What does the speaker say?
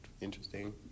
interesting